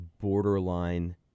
borderline